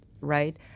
right